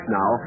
now